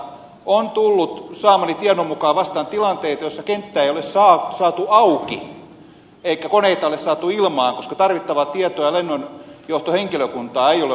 saamani tiedon mukaan vastaan on tullut tilanteita joissa kenttää ei ole saatu auki eikä koneita ole saatu ilmaan koska tarvittavaa tietoa ja lennonjohtohenkilökuntaa ei ole ollut käytettävissä